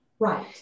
Right